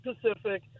Pacific